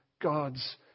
God's